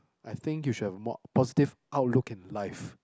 I think you should have more positive outlook in life